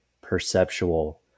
perceptual